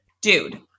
dude